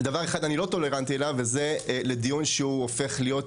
דבר אחד אני לא טולרנטי אליו וזה לדיון שהוא הופך להיות